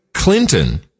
Clinton